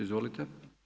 Izvolite.